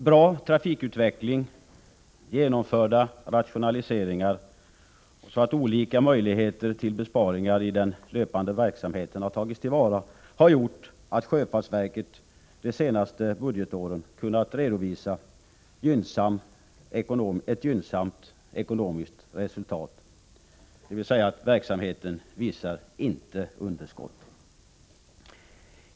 Bra trafikutveckling och genomförda rationaliseringar, så att olika möjligheter till besparingar i den löpande verksamheten har tagits till vara, har gjort att sjöfartsverket de senaste budgetåren kunnat redovisa ett gynnsamt ekonomiskt resultat — dvs. verksamheten visar inte underskott.